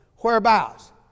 Whereabouts